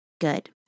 good